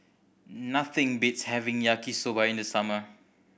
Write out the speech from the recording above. nothing beats having Yaki Soba in the summer